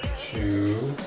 to